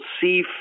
see